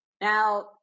Now